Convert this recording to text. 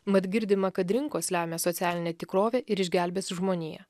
mat girdima kad rinkos lemia socialinę tikrovę ir išgelbės žmoniją